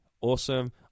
Awesome